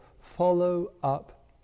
follow-up